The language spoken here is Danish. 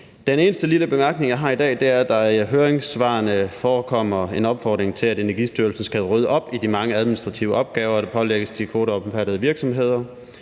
Den eneste lille bemærkning, jeg har i dag, er, at der i høringssvarene forekommer en opfordring til, at Energistyrelsen skal rydde op i de mange administrative opgaver, der pålægges de kvoteomfattede virksomheder,